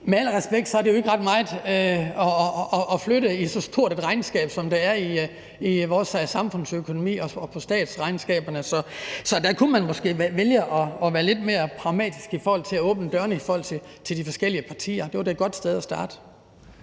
Med al respekt er det jo ikke ret meget at flytte i så stort et regnskab, som der er i vores samfundsøkonomi og på statsregnskaberne. Så der kunne man måske vælge at være lidt mere pragmatisk i forhold til at åbne dørene for de forskellige partier. Det var da et godt sted at starte.